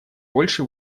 больше